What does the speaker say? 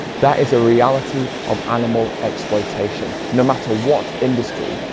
that is a reality of animal exploitation. no matter what industry,